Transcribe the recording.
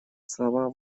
слова